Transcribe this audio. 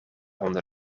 onder